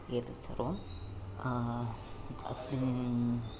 एतत् सर्वम् अस्मिन्